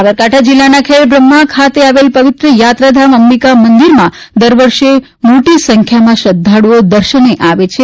સાબરકાંઠા જિલ્લાના ખેડબ્રહ્મા ખાતે આવેલા પવિત્ર યાત્રાધામ અંબિકા મંદિરમાં દર વર્ષે મોટી સંખ્યામાં શ્રદ્ધાળુઓ દર્શનાર્થે આવતા હોય છે